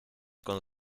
con